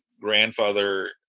grandfather